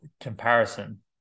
comparison